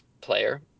player